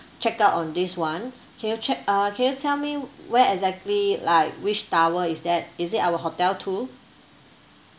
check out on this [one] can you che~ uh can you tell me where exactly like which tower is that is it our hotel too